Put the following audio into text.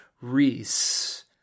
Reese